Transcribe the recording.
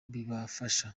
bibafasha